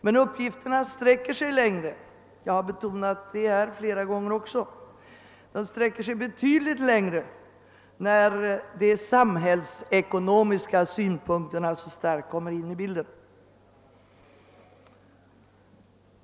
Men uppgifterna sträcker sig betydligt längre — jag har redan betonat det flera gånger — när de samhällsekonomiska synpunkterna starkt kommer in i bilden.